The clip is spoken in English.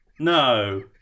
No